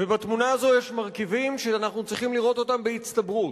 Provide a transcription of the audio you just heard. ובתמונה הזאת יש מרכיבים שאנחנו צריכים לראות אותם בהצטברות: